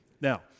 Now